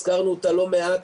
הזכרנו אותה לא מעט,